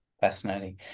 Fascinating